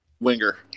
Winger